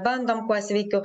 bandom kuo sveikiau